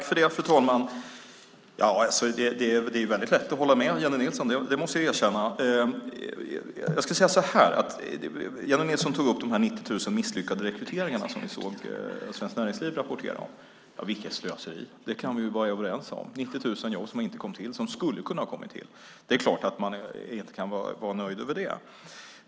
Fru talman! Det är väldigt lätt att hålla med Jennie Nilsson. Det måste jag erkänna. Men jag ska säga så här: Jennie Nilsson tog upp de 90 000 misslyckade rekryteringar som vi såg Svenskt Näringsliv rapportera om. Vilket slöseri! Det kan vi vara överens om. Det var 90 000 jobb som inte kom till som skulle ha kunnat komma till. Det är klart att man inte kan vara nöjd över det.